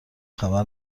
خبر